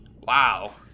Wow